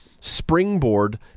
springboard